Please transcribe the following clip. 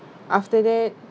after that